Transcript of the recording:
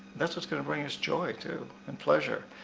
that's what's gonna bring us joy too, and pleasure.